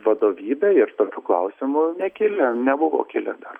vadovybė ir tokių klausimų nekilę nebuvo kilę dar